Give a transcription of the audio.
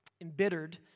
embittered